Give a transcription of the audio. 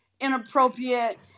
inappropriate